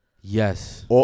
Yes